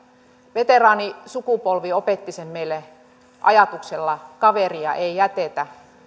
veteraanisukupolvi opetti sen meille ajatuksella kaveria ei jätetä